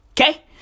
Okay